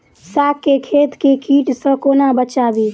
साग केँ खेत केँ कीट सऽ कोना बचाबी?